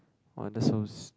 !wah! that's so